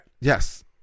Yes